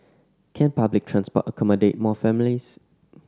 can public transport accommodate more families